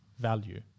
value